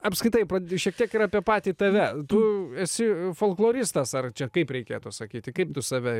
apskritai prad šiek tiek ir apie patį tave tu esi folkloristas ar čia kaip reikėtų sakyti kaip tu save